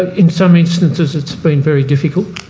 in some instances it's been very difficult.